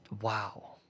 wow